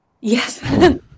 Yes